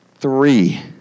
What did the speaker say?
three